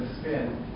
spin